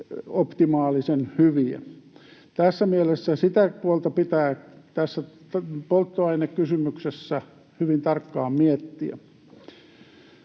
optimaalisen hyviä. Tässä mielessä sitä puolta pitää tässä polttoainekysymyksessä hyvin tarkkaan miettiä.